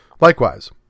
Likewise